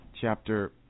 chapter